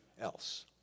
else